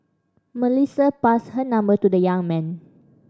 Melissa passed her number to the young man